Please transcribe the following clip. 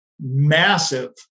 massive